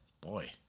Boy